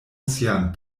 sian